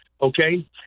okay